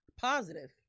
Positive